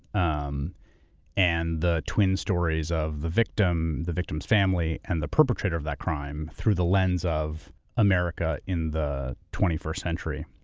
um and the twin stories of the victim, the victim's family, and the perpetrator of that crime through the lens of america in the twenty first century.